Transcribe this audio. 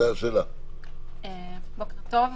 בוקר טוב.